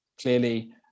clearly